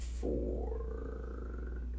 four